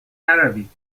نروید